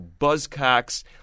buzzcocks